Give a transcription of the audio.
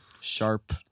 sharp